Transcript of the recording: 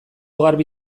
garbi